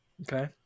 Okay